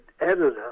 editor